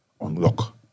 unlock